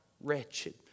wretched